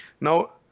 Now